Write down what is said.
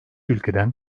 ülkeden